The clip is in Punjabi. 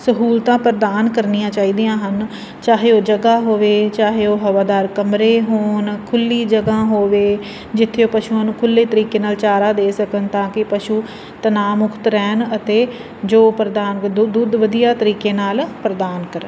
ਸਹੂਲਤਾਂ ਪ੍ਰਦਾਨ ਕਰਨੀਆਂ ਚਾਹੀਦੀਆਂ ਹਨ ਚਾਹੇ ਉਹ ਜਗ੍ਹਾ ਹੋਵੇ ਚਾਹੇ ਉਹ ਹਵਾਦਾਰ ਕਮਰੇ ਹੋਣ ਖੁੱਲ੍ਹੀ ਜਗ੍ਹਾ ਹੋਵੇ ਜਿੱਥੇ ਉਹ ਪਸ਼ੂਆਂ ਨੂੰ ਖੁੱਲ੍ਹੇ ਤਰੀਕੇ ਨਾਲ ਚਾਰਾ ਦੇ ਸਕਣ ਤਾਂ ਕਿ ਪਸ਼ੂ ਤਨਾਅ ਮੁਕਤ ਰਹਿਣ ਅਤੇ ਜੋ ਪ੍ਰਧਾਨ ਦੁੱਧ ਦੁੱਧ ਵਧੀਆ ਤਰੀਕੇ ਨਾਲ ਪ੍ਰਦਾਨ ਕਰਨ